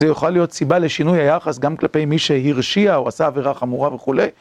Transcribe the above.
זה יוכל להיות סיבה לשינוי היחס, גם כלפי מי שהרשיע, או עשה עבירה חמורה וכולי.